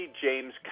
James